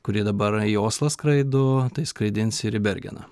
kuri dabar jau į oslą skraido tai skraidins ir į bergeną